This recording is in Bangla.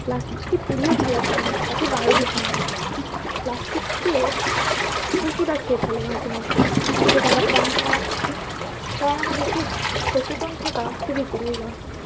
প্লাস্টিককে পুড়িয়েও ফেলা যায় না তাতে বায়ুদূষণ ঘটে প্লাস্টিককে পশুরা খেয়ে ফেলে মাঝে মধ্যে তাতে তারা প্রাণ হারায় তাই আমাদেরকে সচেতন থাকা খুবই প্রয়োজন